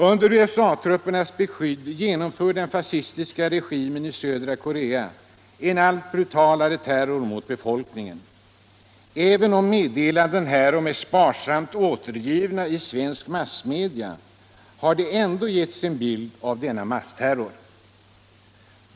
Under USA-truppernas beskydd genomför den fascistiska regimen i södra Korea en allt brutalare terror mot befolkningen. Även om meddelanden härom är sparsamt refererade i svenska massmedia har det ändå getts en bild av denna massterror.